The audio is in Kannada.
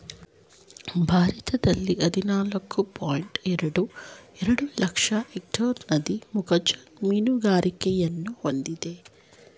ಭಾರತದಲ್ಲಿ ಹದಿನಾಲ್ಕು ಪಾಯಿಂಟ್ ಎರಡು ಎರಡು ಲಕ್ಷ ಎಕ್ಟೇರ್ ನದಿ ಮುಖಜ ಮೀನುಗಾರಿಕೆಯನ್ನು ಹೊಂದಿದೆ